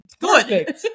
good